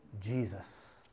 Jesus